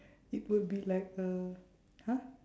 it would be like a !huh!